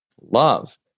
Love